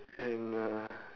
and uh